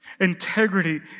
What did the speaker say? Integrity